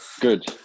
good